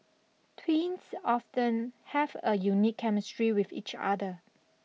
twins often have a unique chemistry with each other